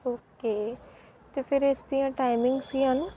okay ਤਾਂ ਫਿਰ ਇਸ ਦੀਆਂ ਟਾਈਮਿੰਗਸ ਕੀ ਹਨ